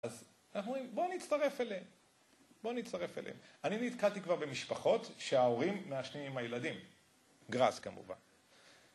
אז אנחנו אומרים, בואו נצטרף אליהם, בואו נצטרף אליהם. אני נתקעתי כבר במשפחות שההורים מעשנים עם הילדים, גראס כמובן.